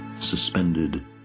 suspended